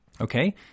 Okay